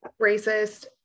racist